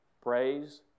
Praise